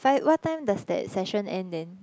fine what time does that session end then